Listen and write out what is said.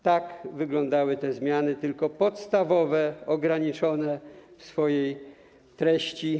Tak wyglądały te zmiany, tylko podstawowe, ograniczone w swojej treści.